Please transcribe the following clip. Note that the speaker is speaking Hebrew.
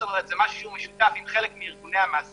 כלומר זה משהו משותף עם חלק מארגוני המעסיקים.